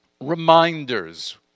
reminders